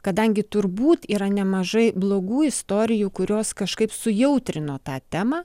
kadangi turbūt yra nemažai blogų istorijų kurios kažkaip su jautrino tą temą